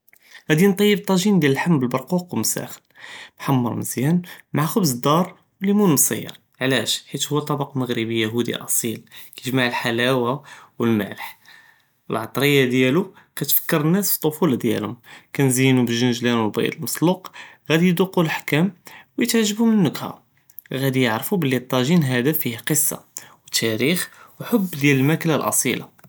געדי נטייב טאג'ין דיאל לחם מע אלברקוק ו מסאח, מחמר מזיאן מע חבז דאר ו לימון מסיר, עלאש חית הוא טבק מג'רבי אסיל, קייג'מע אלחלאווה ואלמלח ואלעטריה דיאלו קטפכר מס פאלטפולה דיאלם, קנזינו בלע'לג'לן ואלבייד אלמסלוק, געדי ידוו ל חכאם, ו תעחבום אלנק'ה, געדי יעرفו בלי טאג'ין האדה פיה קסה ו תאריח ו חוב דיאל אלמקלה אלאסילה.